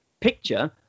picture